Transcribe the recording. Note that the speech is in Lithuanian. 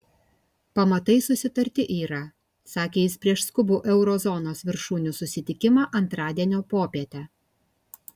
pamatai susitarti yra sakė jis prieš skubų euro zonos viršūnių susitikimą antradienio popietę